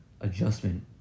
adjustment